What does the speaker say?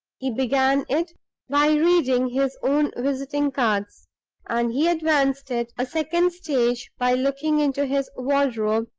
he began it by reading his own visiting cards and he advanced it a second stage by looking into his wardrobe,